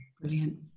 Brilliant